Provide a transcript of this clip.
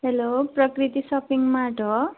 hello Prakriti shopping mart हो